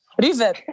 River